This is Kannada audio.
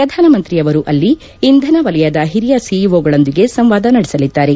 ಪ್ರಧಾನಮಂತ್ರಿಯವರು ಅಲ್ಲಿ ಇಂಧನ ವಲಯದ ಹಿರಿಯ ಸಿಇಓಗಳೊಂದಿಗೆ ಸಂವಾದ ನಡೆಸಲಿದ್ದಾರೆ